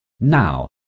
Now